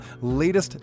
latest